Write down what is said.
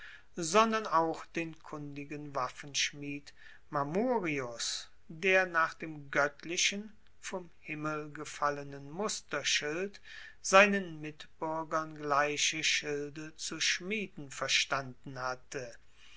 sondern auch den kundigen waffenschmied mamurius der nach dem goettlichen vom himmel gefallenen musterschild seinen mitbuergern gleiche schilde zu schmieden verstanden hatte